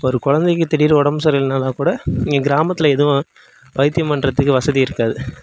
ஒரு குழந்தைக்கி திடீர்னு உடம்பு சரி இல்லைனா கூட எங்கள் கிராமத்தில் எதுவும் வைத்தியம் பண்றதுக்கு வசதி இருக்காது